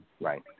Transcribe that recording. right